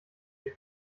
den